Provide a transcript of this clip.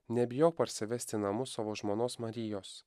nebijok parsivesti į namus savo žmonos marijos